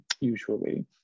usually